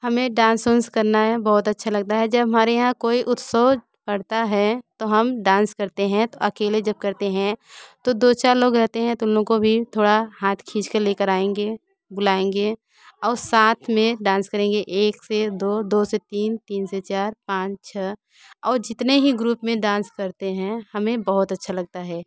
हमें डांस ओंस करना यह बहुत अच्छा लगता है जब हमारे यहाँ कोई उत्सव पड़ता है तो हम डांस करते हैं तो अकेले जब करते हैं तो दो चार लोग रहते हैं तो उन लोग को भी थोड़ा हाथ खींच कर ले कर आएंगे बुलाएंगे और साथ में डांस करेंगे एक से दो दो से तीन तीन से चार पान छः और जितने ही ग्रुप में डांस करते हैं हमें बहुत अच्छा लगता है